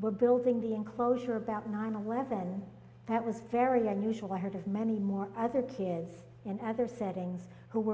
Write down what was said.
were building the enclosure about nine eleven that was very unusual i heard of many more other kids and other settings who were